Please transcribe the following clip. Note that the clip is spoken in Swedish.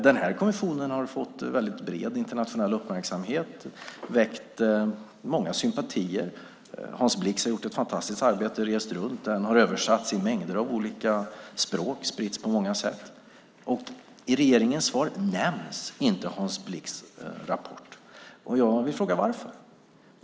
Den kommissionen har fått bred internationell uppmärksamhet och väckt många sympatier. Hans Blix har gjort ett fantastiskt arbete och rest runt. Rapporten har översatts till mängder av språk och spritts på många sätt. I interpellationssvaret nämns inte Hans Blix rapport. Jag vill fråga varför.